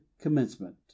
commencement